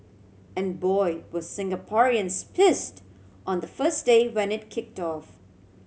and boy were Singaporeans pissed on the first day when it kicked off